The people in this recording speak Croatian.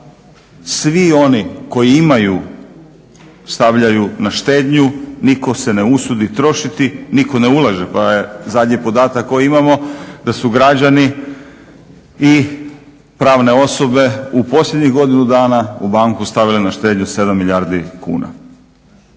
svi oni koji imaju stavljaju na štednju, nitko se ne usudi trošiti nitko ne ulaže, pa je zadnji podatak koji imamo da su građani i pravne osobe u posljednjih godinu dana u banku stavile na štednju 7 milijardi kuna.